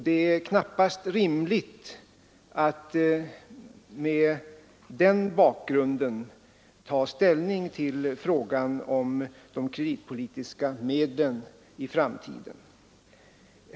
Det är knappast rimligt att mot den bakgrunden ta ställning till frågan om de kreditpolitiska medlen i framtiden.